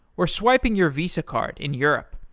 or swiping your visa card in europe,